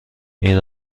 این